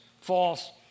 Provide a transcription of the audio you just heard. false